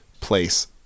place